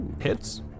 hits